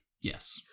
Yes